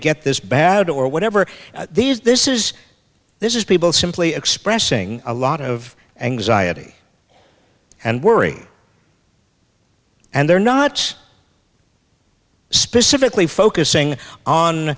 get this bad or whatever these this is this is people simply expressing a lot of anxiety and worrying and they're not specifically focusing on